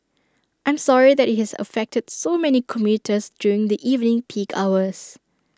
I'm sorry that IT has affected so many commuters during the evening peak hours